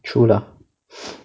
true lah